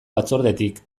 batzordetik